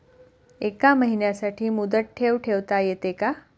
एका महिन्यासाठी मुदत ठेव ठेवता येते का?